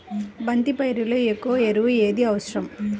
బంతి పైరులో ఎక్కువ ఎరువు ఏది అవసరం?